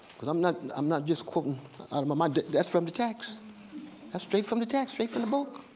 because i'm not and i'm not just quoting out of my mind. that's from the text. that's ah straight from the text, straight from the book.